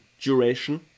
duration